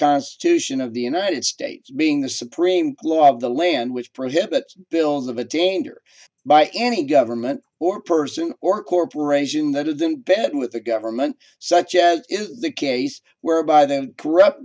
constitution of the united states being the supreme law of the land which prohibits bills of attainder by any government or person or corporation that is in bed with the government such as is the case whereby the corrupt